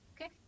okay